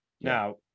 now